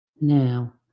now